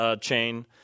chain